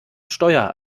steuer